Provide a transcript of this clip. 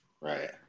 Right